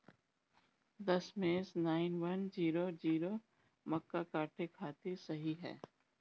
दशमेश nine one zero zero मक्का काटे खातिर सही ह?